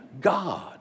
God